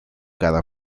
cada